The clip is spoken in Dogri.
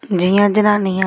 जि'यां जनानियां